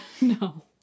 No